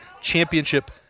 championship